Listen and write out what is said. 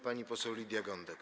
Pani poseł Lidia Gądek.